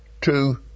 two